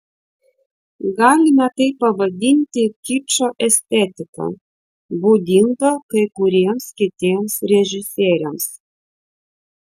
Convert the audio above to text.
galime tai pavadinti kičo estetika būdinga kai kuriems kitiems režisieriams